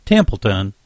Templeton